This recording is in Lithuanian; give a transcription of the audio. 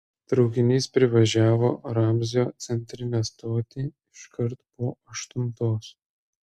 traukinys privažiavo ramzio centrinę stotį iškart po aštuntos